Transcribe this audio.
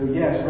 yes